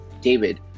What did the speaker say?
David